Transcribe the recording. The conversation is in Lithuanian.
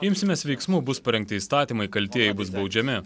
imsimės veiksmų bus parengti įstatymai kaltieji bus baudžiami